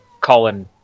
Colin